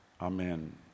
Amen